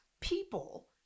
people